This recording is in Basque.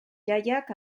jaiak